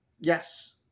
yes